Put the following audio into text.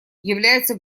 является